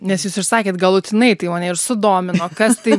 nes jūs išsakėt galutinai taivane ir sudomino kas tai